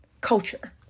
culture